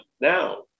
now